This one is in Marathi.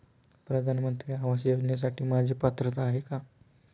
प्रधानमंत्री आवास योजनेसाठी माझी पात्रता आहे का?